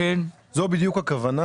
זו בדיוק הכוונה